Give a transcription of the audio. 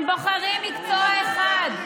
הם בוחרים מקצוע אחד.